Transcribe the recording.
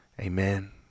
Amen